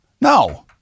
No